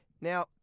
Now